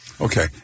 Okay